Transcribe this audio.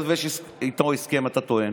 אתה טוען